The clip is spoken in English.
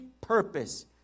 purpose